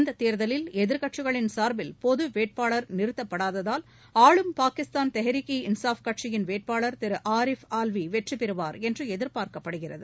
இத்தோதலில் எதிர்கட்சிகளின் சார்பில் பொது வேட்பாளர் நிறுத்தப்படாததால் ஆளும் பாகிஸ்தாள் தெஹ்ரீக் ஈ இன்னப் கட்சியின் வேட்பாளர் திரு ஆரீப் ஆல்வி வெற்றி பெறுவா் என்று எதிர்பார்க்கப்படுகிறது